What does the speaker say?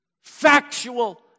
factual